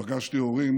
ופגשתי הורים